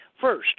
First